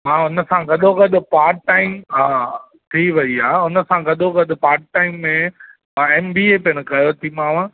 मां हुन सां गॾोगॾु पार्ट टाइम हा थी वेई आहे हुन सां गॾोगॾु पार्ट टाइम में मां ऐम बी ए पिणि कयो थी मांव